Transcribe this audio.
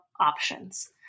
options